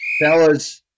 Fellas